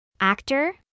Actor